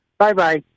Bye-bye